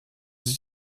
sich